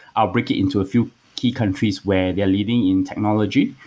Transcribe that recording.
i'll brick it into a few key countries where they're leading in technology.